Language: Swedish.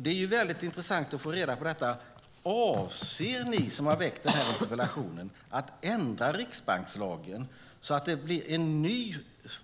Det vore väldigt intressant att få reda på om ni som har väckt interpellationen avser att ändra riksbankslagen så att det blir